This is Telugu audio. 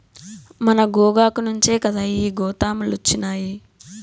మన గోగాకు నుంచే కదా ఈ గోతాములొచ్చినాయి